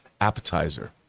appetizer